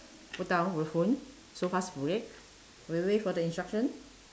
put down the phone so fast break we wait for the instruction